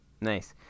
Nice